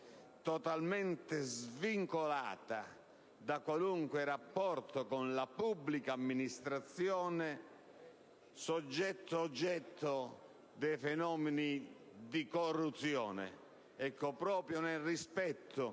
totalmente svincolata da qualunque rapporto con la pubblica amministrazione, soggetto-oggetto dei fenomeni di corruzione, il voto